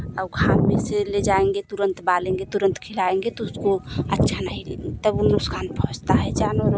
और घाम में से ले जाएँगे तुरंत डालेंगे तुरंत खिलाएँगे तो उसको अच्छा नहीं तऊ वो नुकसान पहुँचता है जानवरों को